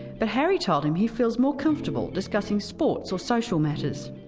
but harry told him he feels more comfortable discussing sports or social matters.